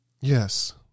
Yes